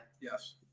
Yes